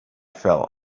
fell